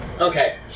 Okay